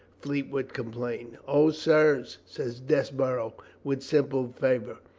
fleetwood complained. o, sirs, said desborough, with simple fervor,